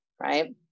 right